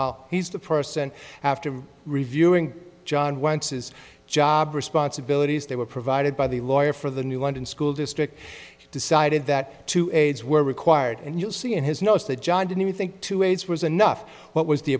dr he's the person after reviewing john once his job responsibilities they were provided by the lawyer for the new london school district decided that two aides were required and you see in his notes that john didn't you think two ways was enough what was the